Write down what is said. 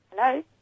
Hello